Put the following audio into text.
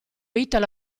italo